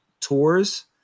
tours